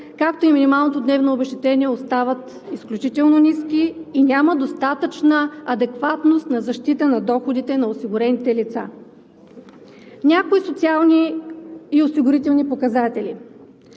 както и минималното дневно обезщетение, остават изключително ниски и няма достатъчна адекватност на защита на доходите на осигурените лица. Някои социални и осигурителни показатели.